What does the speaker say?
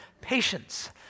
Patience